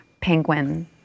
penguin